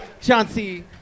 Chauncey